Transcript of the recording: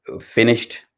finished